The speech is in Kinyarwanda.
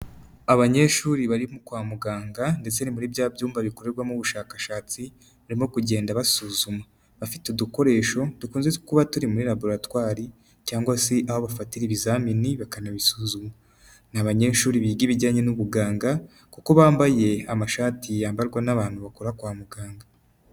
Abanyeshuri barimo kwa muganga ndetse muri bya byumba bikoremo ubushakashatsi, barimo kugenda basuzuma abafite udukoresho dukunze kuba turi muri laboratwari, cyangwa se aho bafatira ibizamini bakanabisuzuma. Ni abanyeshuri biga ibijyanye n'ubuganga, kuko bambaye amashati yambarwa n'abantu bakora kwa muganga.